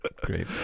Great